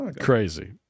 Crazy